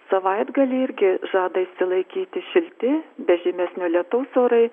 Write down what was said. savaitgalį irgi žada išsilaikyti šilti be žymesnio lietaus orai